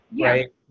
Right